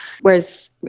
whereas